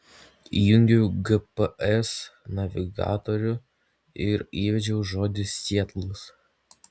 įjungiau gps navigatorių ir įvedžiau žodį sietlas